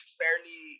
fairly